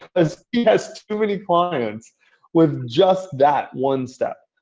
because he has too many clients with just that one step.